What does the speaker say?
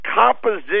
composition